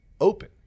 open